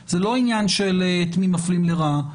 זה לא עניין את מי מפלים לרעה,